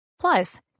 plus